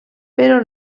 però